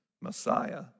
Messiah